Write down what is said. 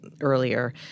earlier